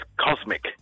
cosmic